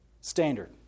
standard